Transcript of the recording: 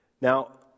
Now